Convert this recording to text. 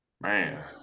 Man